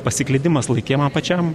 pasiklydimas laike man pačiam